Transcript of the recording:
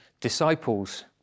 disciples